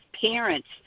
parents